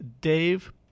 Dave